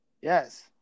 Yes